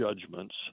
judgments